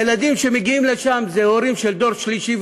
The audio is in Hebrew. שהילדים שמגיעים אליו הם דור שלישי,